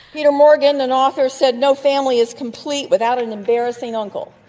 you know morgan, an author, said no family is complete without an embarrassing uncle.